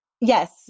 Yes